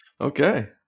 Okay